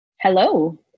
hello